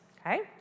okay